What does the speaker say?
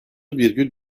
virgül